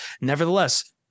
nevertheless